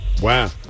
Wow